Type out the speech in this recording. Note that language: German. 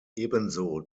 ebenso